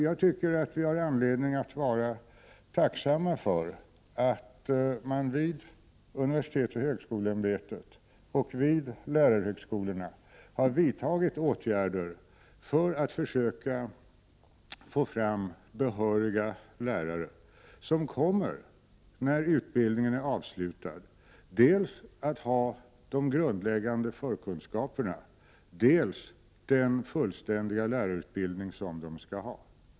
Jag tycker att vi har anledning att vara tacksamma för att man vid universitetsoch högskoleämbetet och vid lärarhögskolorna har vidtagit åtgärder för att försöka få fram behöriga lärare som, när utbildningen är avslutad, kommer att ha dels de grundläggande förkunskaperna, dels den fullständiga lärarutbildning som de skall ha.